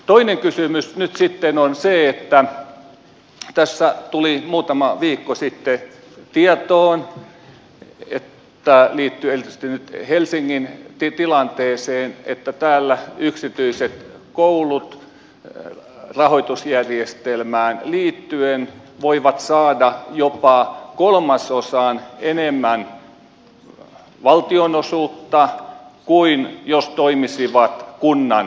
toinen kysymys nyt sitten on se että tässä tuli muutama viikko sitten tietoon tämä liittyy erityisesti nyt helsingin tilanteeseen että täällä yksityiset koulut rahoitusjärjestelmään liittyen voivat saada jopa kolmasosan enemmän valtionosuutta kuin jos toimisivat kunnan kouluina